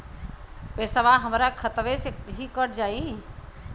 पेसावा हमरा खतवे से ही कट जाई?